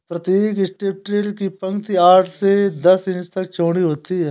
प्रतीक strip till की पंक्ति आठ से दस इंच तक चौड़ी होती है